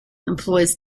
employs